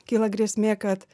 kyla grėsmė kad